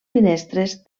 finestres